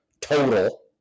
total